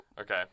Okay